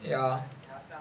ya